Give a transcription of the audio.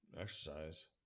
exercise